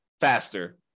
faster